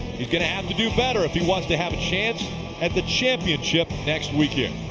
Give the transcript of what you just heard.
he's going to have to do better if he wants to have a chance at the championship next weekend.